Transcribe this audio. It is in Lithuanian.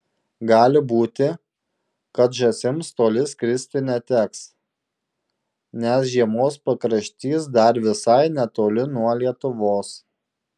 gali būti kad žąsims toli skristi neteks nes žiemos pakraštys dar visai netoli nuo lietuvos